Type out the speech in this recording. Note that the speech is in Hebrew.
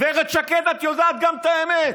גב' שקד, גם את יודעת את האמת.